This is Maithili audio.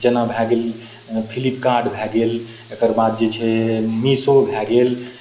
जेना भए गेल फ्लिपकार्ट भए गेल तकर बाद जे छै मीशो भए गेल